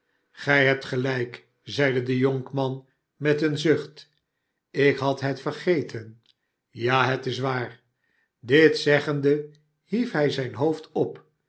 gij hebt gelijk om gabriel anders zal zeide de jonkman met een zucht ik had het vergeten ja het is waar dit zeggende hief hij zijn hoofd op